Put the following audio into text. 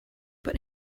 but